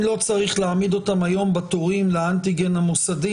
אם לא צריך להעמיד אותם היום בתורים לאנטיגן המוסדי